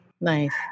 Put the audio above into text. Nice